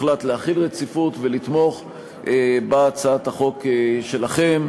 הוחלט להחיל רציפות ולתמוך בהצעת החוק שלכם,